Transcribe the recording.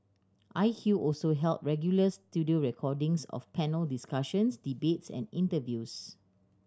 I Q also held regular studio recordings of panel discussions debates and interviews